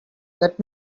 let